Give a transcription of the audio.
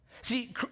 See